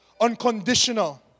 unconditional